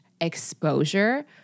exposure